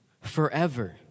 forever